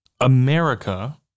America